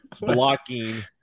blocking